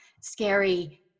scary